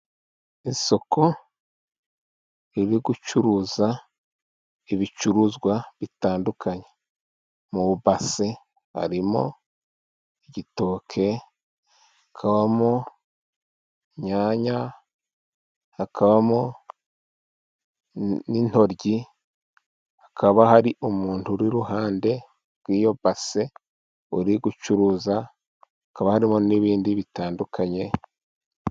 Isoko riri gucuruza ibicuruzwa bitandukanye mu base harimo igitoki, hakabamo inyanya, hakabamo n'intoryi, hakaba hari umuntu uri iruhande rw'iyo base, uri gucuruza hakaba harimo n'ibindi bitandukanye.